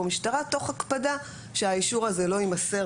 משטרה תוך הקפדה שהאישור הזה לא יימסר,